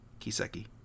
Kiseki